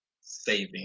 saving